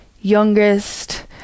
youngest